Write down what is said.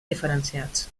diferenciats